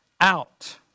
out